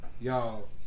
y'all